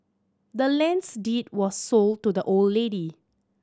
the land's deed was sold to the old lady